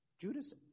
Judas